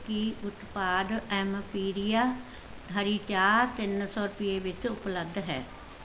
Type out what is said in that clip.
ਕੀ ਉਤਪਾਦ ਐਮਪੀਰੀਆ ਹਰੀ ਚਾਹ ਤਿੰਨ ਸੌ ਰੁਪਈਏ ਵਿੱਚ ਉਪਲੱਬਧ ਹੈ